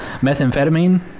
Methamphetamine